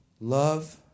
Love